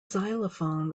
xylophone